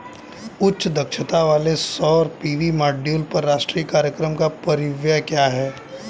उच्च दक्षता वाले सौर पी.वी मॉड्यूल पर राष्ट्रीय कार्यक्रम का परिव्यय क्या है?